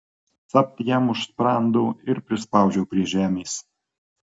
capt jam už sprando ir prispaudžiau prie žemės